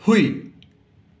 ꯍꯨꯏ